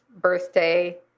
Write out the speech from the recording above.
birthday